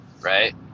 right